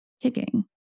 kicking